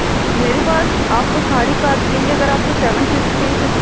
میرے پاس آپ کو ساری کار ملیں گی اگر آپ کو سیون سیٹر چاہیے تو